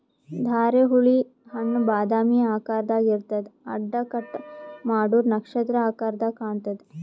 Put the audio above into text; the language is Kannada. ಧಾರೆಹುಳಿ ಹಣ್ಣ್ ಬಾದಾಮಿ ಆಕಾರ್ದಾಗ್ ಇರ್ತದ್ ಅಡ್ಡ ಕಟ್ ಮಾಡೂರ್ ನಕ್ಷತ್ರ ಆಕರದಾಗ್ ಕಾಣತದ್